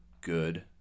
good